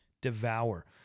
devour